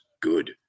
good